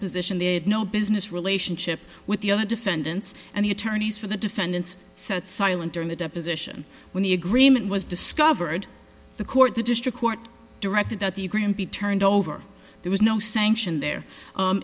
deposition they had no business relationship with the other defendants and the attorneys for the defendants sat silent during the deposition when the agreement was discovered the court the district court directed that the agreement be turned over there was no sanction there